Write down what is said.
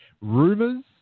rumors